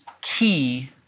key